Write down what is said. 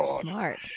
smart